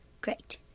great